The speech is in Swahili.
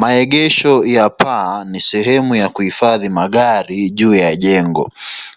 Maegesho ya paa ni sehemu ya kuegesha magari juu ya jengo.